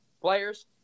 players